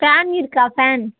fan இருக்கா fan